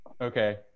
Okay